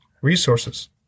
resources